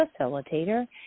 facilitator